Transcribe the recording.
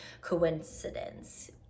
coincidence